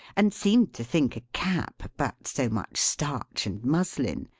and seemed to think a cap but so much starch and muslin,